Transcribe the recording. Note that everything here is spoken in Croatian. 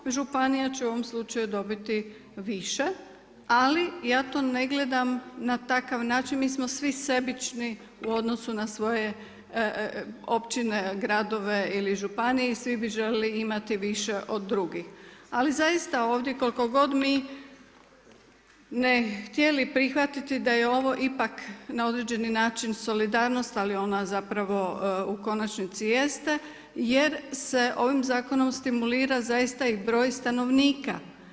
Županija će u ovom slučaju dobiti više, ali ja to ne gledam na takav način, mi smo svi sebični u odnosu na svoje općine, gradove ili županije i svi bi željeli imati više od drugih, ali zaista ovdje koliko god mi ne htjeli prihvatiti da je ovo na određeni način solidarnost, ali ona u konačnici jeste jer se ovim zakonom stimulira zaista i broj stanovnika.